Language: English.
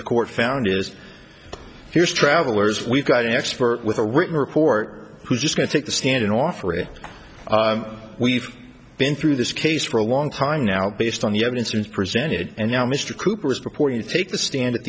the court found is here's travelers we've got an expert with a written report who's just going to take the stand and offer it we've been through this case for a long time now based on the evidence was presented and now mr cooper is reported to take the stand at